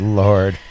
lord